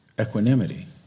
equanimity